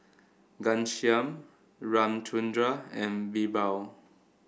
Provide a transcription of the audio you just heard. Ghanshyam Ramchundra and BirbaL